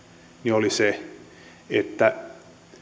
oli se että